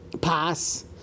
pass